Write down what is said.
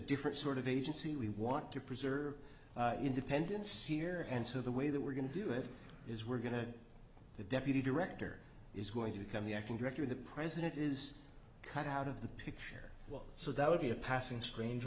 different sort of agency we want to preserve independence here and so the way that we're going to do it is we're going to the deputy director is going to become the acting director of the president is cut out of the picture so that would be a passing strange